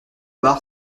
bar